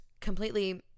completely